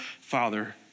father